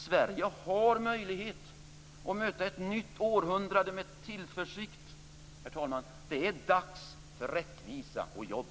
Sverige har möjlighet att möta ett nytt århundrade med tillförsikt. Det är dags för rättvisa och jobb.